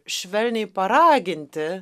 švelniai paraginti